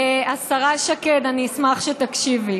השרה שקד, אני אשמח שתקשיבי.